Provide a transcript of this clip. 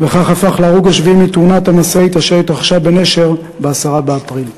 וכך הפך להרוג השביעי בתאונת המשאית אשר התרחשה בנשר ב-10 באפריל.